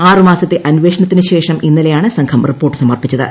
ആറു മാസത്തെ അന്വേഷണത്തിനു ശേഷം ഇന്നലെയാണ് സംഘം റിപ്പോർട്ട് സമർപ്പിച്ചത്